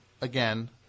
again